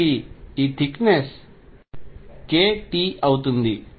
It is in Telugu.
కాబట్టి ఈ థిక్ నెస్ kT అవుతుంది